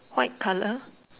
white colour